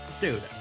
Dude